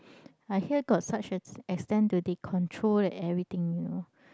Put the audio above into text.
I hear got such ex~ extent to the they control the everything you know